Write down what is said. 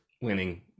winning